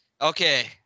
Okay